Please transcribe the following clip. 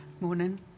Morning